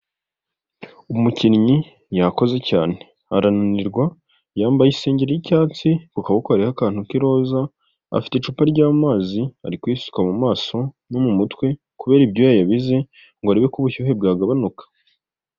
Umukinnyi yakoze cyane arananirwa yambaye isengeri y'icyatsi ku kaboko hariho akantu k'iroza afite icupa ry'amazi ari kwisuka mu maso no mu mutwe kubera ibyuya yabize ngo arebe ko ubushyuhe bwagabanuka.